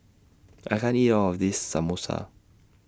I can't eat All of This Samosa